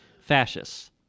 fascists